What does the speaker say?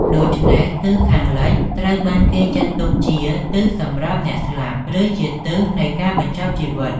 ដូច្នេះ ទិសខាងលិចត្រូវបានចាត់ទុកជាទិសសម្រាប់អ្នកស្លាប់ ឬជាទិសនៃការបញ្ចប់ជីវិត។